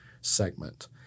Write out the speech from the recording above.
segment